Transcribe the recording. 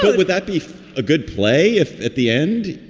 but would that be a good play if at the end,